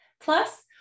Plus